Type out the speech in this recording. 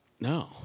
No